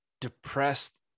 depressed